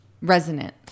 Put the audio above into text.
resonant